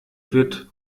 wird